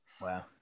Wow